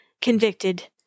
convicted